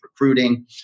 recruiting